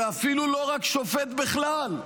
ואפילו לא רק שופט בכלל,